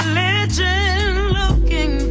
looking